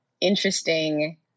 interesting